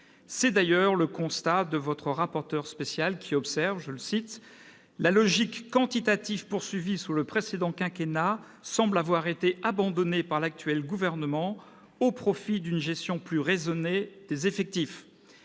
est d'ailleurs le constat du rapporteur spécial, qui fait observer :« La logique quantitative poursuivie sous le précédent quinquennat semble avoir été abandonnée par l'actuel gouvernement au profit d'une gestion plus raisonnée des effectifs ».